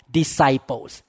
disciples